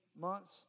months